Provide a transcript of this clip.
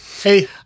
Hey